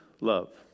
love